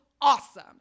awesome